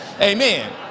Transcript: Amen